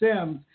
Sims